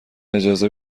اجازه